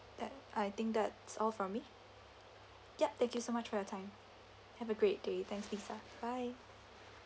that I think that's all from me yup thank you so much for your time have a great day thanks lisa bye